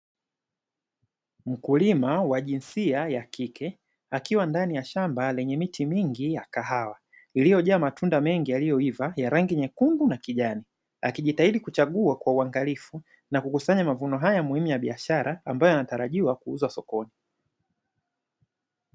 Mkulima wa jinsia ya kike akiwa ndani ya shamba lenye miti mingi ya kahawa, iliyojaa matunda mengi yaliyoiva ya rangi nyekundu na kijani, akijitahidi kuchagua kwa uangalifu na kukusanya mavuno haya muhimu ya biashara ambayo yanatarajiwa kuuzwa sokoni.